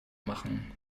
machen